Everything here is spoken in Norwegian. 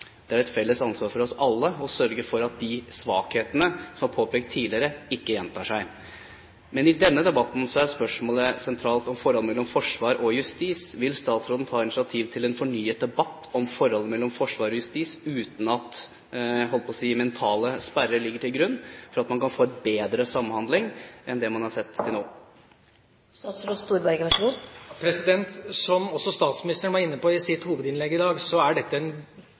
Det er et felles ansvar for oss alle å sørge for at de svakhetene som er påpekt tidligere, ikke gjentar seg. I denne debatten er et sentralt spørsmål forholdet mellom forsvar og justis. Vil statsråden ta initiativ til en fornyet debatt om forholdet mellom forsvar og justis uten at – jeg holdt på å si – mentale sperrer ligger til grunn, slik at man kan få bedre samhandling enn det man har sett nå? Som også statsministeren var inne på i sitt hovedinnlegg i dag: Dette er en